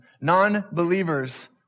Non-believers